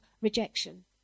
rejection